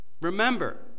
remember